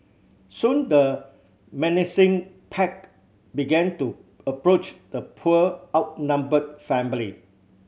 soon the menacing pack began to approach the poor outnumbered family